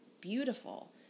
beautiful